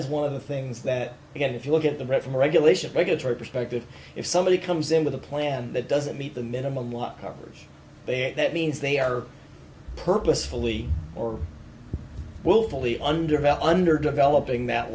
is one of the things that you get if you look at the read from regulation regulatory perspective if somebody comes in with a plan that doesn't meet the minimum lot covers there that means they are purposefully or willfully undervalue under developing that